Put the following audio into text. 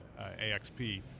AXP